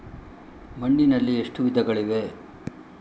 ಮಣ್ಣಿನಲ್ಲಿ ಎಷ್ಟು ವಿಧಗಳಿವೆ?